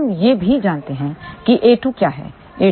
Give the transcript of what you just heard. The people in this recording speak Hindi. हम यह भी जानते हैं कि a2 क्या है